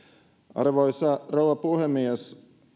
arvoisa rouva puhemies